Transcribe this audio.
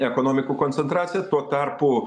ekonomikų koncentracija tuo tarpu